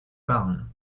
parles